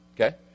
Okay